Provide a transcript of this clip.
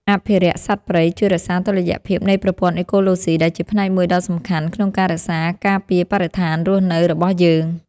អភិរក្សសត្វព្រៃជួយរក្សាតុល្យភាពនៃប្រព័ន្ធអេកូឡូស៊ីដែលជាផ្នែកមួយដ៏សំខាន់ក្នុងការរក្សាការពារបរិស្ថានរស់នៅរបស់យើង។